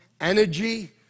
Energy